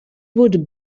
would